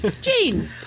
Gene